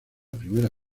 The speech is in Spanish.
primera